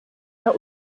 that